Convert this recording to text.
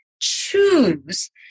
choose